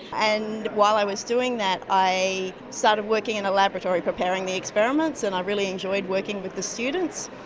and while i was doing that i started working in a laboratory preparing the experiments and i really enjoyed working with the students,